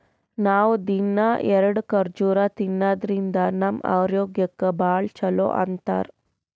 ನಾವ್ ದಿನ್ನಾ ಎರಡ ಖರ್ಜುರ್ ತಿನ್ನಾದ್ರಿನ್ದ ನಮ್ ಆರೋಗ್ಯಕ್ ಭಾಳ್ ಛಲೋ ಅಂತಾರ್